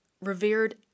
revered